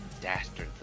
dastardly